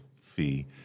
fee